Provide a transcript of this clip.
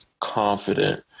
confident